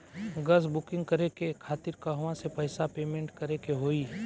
Gas booking करे के खातिर कहवा से पैसा पेमेंट करे के होई?